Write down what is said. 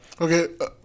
Okay